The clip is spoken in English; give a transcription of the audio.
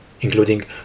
including